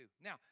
Now